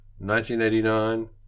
1989